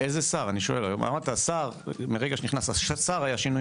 איזה שר שינה את המדיניות?